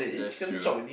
that's true